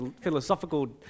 philosophical